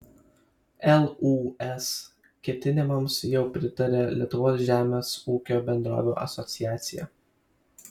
lūs ketinimams jau pritarė lietuvos žemės ūkio bendrovių asociacija